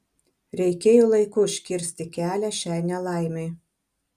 reikėjo laiku užkirsti kelią šiai nelaimei